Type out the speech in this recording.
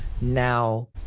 now